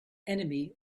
enemy